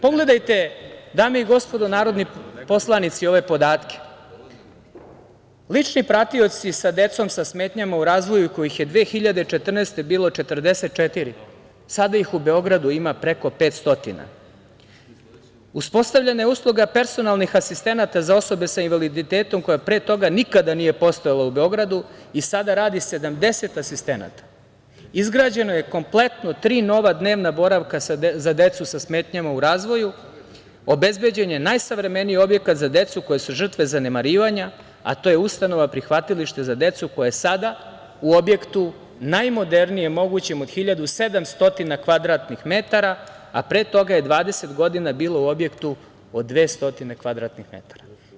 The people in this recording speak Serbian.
Pogledajte, dame i gospodo narodni poslanici, ove podatke: lični pratioci sa decom sa smetnjama u razvoju, kojih je 2014. godine bilo 44, sada ih ima preko 500, uspostavljena je usluga personalnih asistenata za osobe sa invaliditetom koja pre toga nikada nije postojala u Beogradu i sada radi 70 asistenata, izgrađena su tri nova dnevna boravka za decu sa smetnjama u razvoju, obezbeđen je najsavremeniji objekat za decu koja su žrtve zanemarivanja, a to je ustanova, prihvatilište za decu koje je sada u objektu od 1.700 kvadratnih metara, a pre toga je 20 godina bila u objektu od 200 kvadratnih metara.